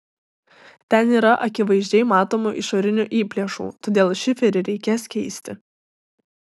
ten yra akivaizdžiai matomų išorinių įplėšų todėl šiferį reikės keisti